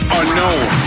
unknown